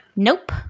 Nope